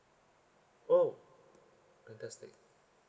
oh fantastic